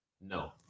No